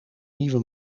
nieuwe